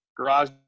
garage